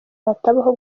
hatabaho